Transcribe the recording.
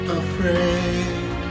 afraid